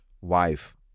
wife